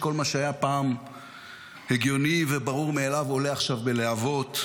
כל מה שהיה פעם הגיוני וברור מאליו עולה עכשיו בלהבות,